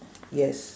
yes